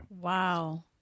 Wow